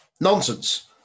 nonsense